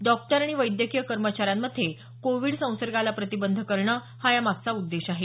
doctor आणि वैद्यकीय कर्मचाऱ्यांमध्ये कोविड संसर्गाला प्रतिबंध करणं हा या मागचा उद्देश आहे